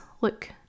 look